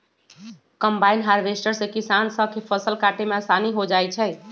combine harvester से किसान स के फसल काटे में आसानी हो जाई छई